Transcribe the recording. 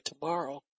tomorrow